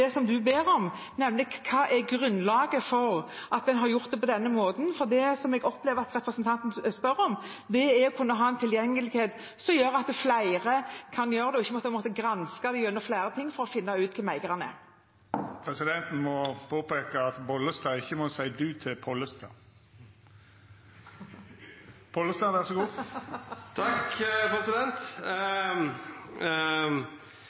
på denne måten? For det jeg opplever at representanten ber om, er å kunne ha en tilgjengelighet som gjør at flere kan finne ut hvem eieren er, uten å måtte granske gjennom flere ting. Presidenten må påpeika at Bollestad ikkje må seia «du» til Pollestad. Noko av det kjekkaste å lesa i Jærbladet eller i Gjesdalbuen, er